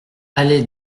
allée